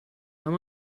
arm